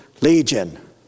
Legion